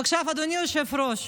עכשיו, אדוני היושב-ראש,